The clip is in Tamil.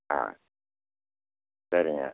ஆ சரிங்க